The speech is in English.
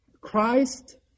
Christ